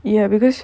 ya because